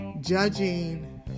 Judging